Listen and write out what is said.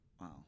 Wow